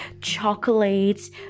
chocolates